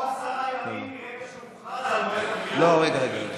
עשרה ימים מרגע שמוכרז מועד, רגע.